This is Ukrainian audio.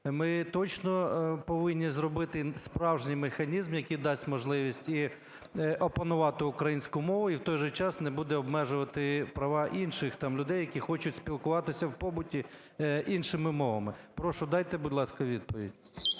ми точно повинні зробити справжній механізм, який дасть можливість і опанувати українську мову, і в той же час не буде обмежувати права інших там людей, які хочуть спілкуватися в побуті іншими мовами. Прошу, дайте, будь ласка, відповідь.